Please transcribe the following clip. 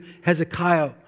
Hezekiah